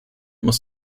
muss